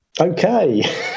okay